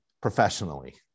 professionally